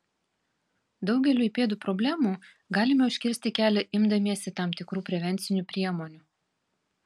daugeliui pėdų problemų galime užkirsti kelią imdamiesi tam tikrų prevencinių priemonių